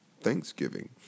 Thanksgiving